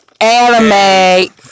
anime